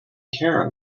care